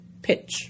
pitch